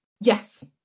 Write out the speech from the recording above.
yes